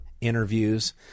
interviews